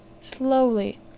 Slowly